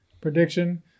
prediction